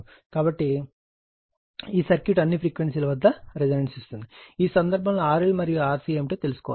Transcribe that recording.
కాబట్టి ఈ సర్క్యూట్ అన్ని ఫ్రీక్వెన్సీ ల వద్ద రెసోనెన్స్ ఇస్తుంది ఈ సందర్భంలో RL మరియు RC ఏమిటో తెలుసుకోవాలి